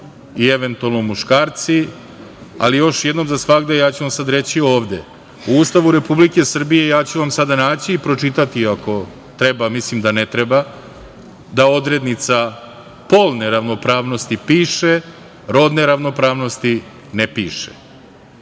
i eventualno „muškarci“, ali još jednom za svagda ja ću vam sad reći ovde – u Ustavu Republike Srbije, ja ću vam sada naći i pročitati, ako treba, a mislim da ne treba, odrednica polne ravnopravnosti piše, rodne ravnopravnosti ne